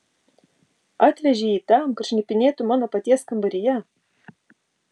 atvežei jį tam kad šnipinėtų mano paties kambaryje